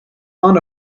fond